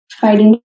fighting